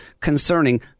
concerning